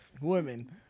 Women